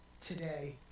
today